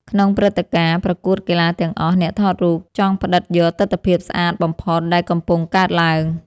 ក្នុងព្រឹត្តិការណ៍ ប្រកួតកីឡាទាំងអស់ អ្នកថតរូបចង់ផ្តិតយកទិដ្ឋភាពស្អាតបំផុតដែលកំពុងកើតឡើង។